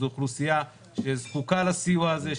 זו אוכלוסייה שזקוקה לסיוע הזה,